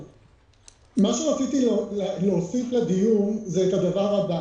מה שרציתי להוסיף לדיון זה את הדבר הבא.